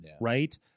right